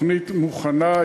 התוכנית מוכנה,